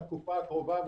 בטבריה,